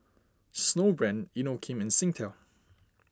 Snowbrand Inokim and Singtel